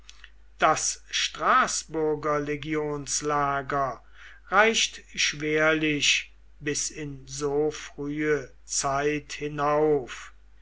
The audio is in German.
das straßburger legionslager reicht schwerlich bis in so frühe zeit hinauf